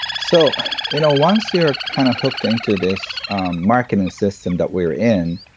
so you know once you're kind of hooked into this marketing system that we're in,